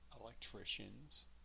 electricians